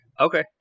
Okay